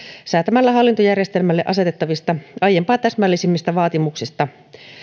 säätämällä hallintojärjestelmälle asetettavista aiempaa täsmällisemmistä vaatimuksista